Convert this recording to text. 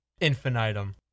Infinitum